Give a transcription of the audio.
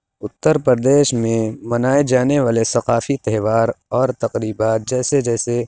اُتر پردیش میں منائے جانے والے ثقافی تہوار اور تقریبات جیسے جیسے